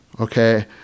okay